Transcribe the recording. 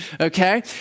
okay